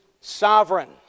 Sovereign